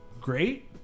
great